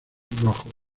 rojo